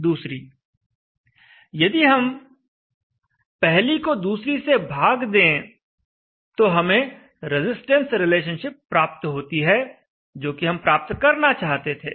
अब यदि हम पहली को दूसरी से भाग दें तो हमें रजिस्टेंस रिलेशनशिप प्राप्त होती है जो कि हम प्राप्त करना चाहते थे